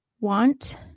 want